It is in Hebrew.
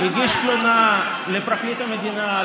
הוא הגיש תלונה לפרקליט המדינה,